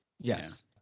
yes